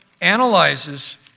analyzes